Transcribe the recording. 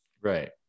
right